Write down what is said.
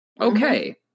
Okay